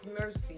mercy